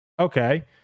okay